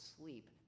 sleep